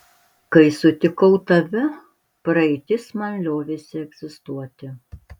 kai sutikau tave praeitis man liovėsi egzistuoti